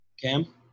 cam